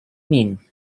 mean